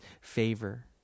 favor